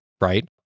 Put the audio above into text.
right